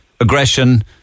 aggression